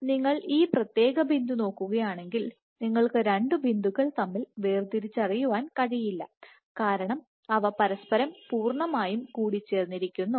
എന്നാൽ നിങ്ങൾ ഈ പ്രത്യേക ബിന്ദു നോക്കുകയാണെങ്കിൽ നിങ്ങൾക്ക് 2 ബിന്ദുക്കൾ തമ്മിൽ വേർതിരിച്ചറിയാൻ കഴിയില്ല കാരണം അവ പരസ്പരം പൂർണ്ണമായും കൂടിചേർന്നിരിക്കുന്നു